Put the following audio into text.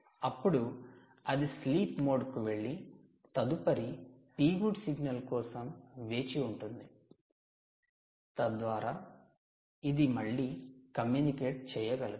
అప్పుడు అది sleep mode కు వెళ్లి తదుపరి 'Pgood సిగ్నల్' కోసం వేచి ఉంటుంది తద్వారా ఇది మళ్లీ కమ్యూనికేట్ చేయగలదు